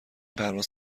پرواز